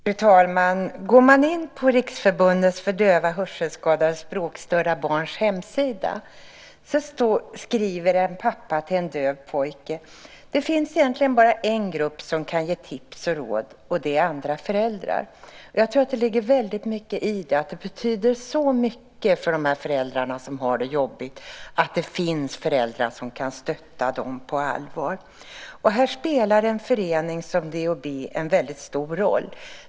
Fru talman! På hemsidan för Riksförbundet för Döva, Hörselskadade och Språkstörda Barn skriver en pappa till en döv pojke: Det finns egentligen bara en grupp som kan ge tips och råd, och det är andra föräldrar. Jag tror att det ligger väldigt mycket i det. Det betyder så mycket för de föräldrar som har det jobbigt att det finns föräldrar som kan stötta dem på allvar. Här spelar en förening som DHB en väldigt stor roll.